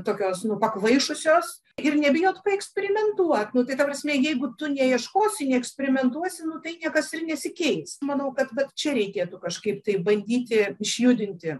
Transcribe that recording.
tokios nu pakvaišusios ir nebijot eksperimentuot nu tai ta prasme jeigu tu neiškosi neeksperimentuosi nu tai niekas ir nesikeis manau kad vat čia reikėtų kažkaip tai bandyti išjudinti